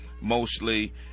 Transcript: mostly